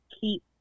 keep